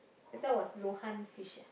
I thought was luohan fish eh